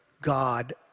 God